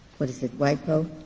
what is it, wyco?